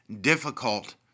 difficult